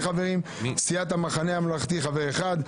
סיעת המחנה הממלכתי חבר אחד,